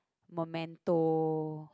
Momento